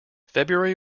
february